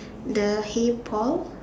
the hey Paul